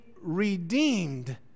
redeemed